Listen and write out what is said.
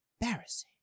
Embarrassing